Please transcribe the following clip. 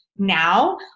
now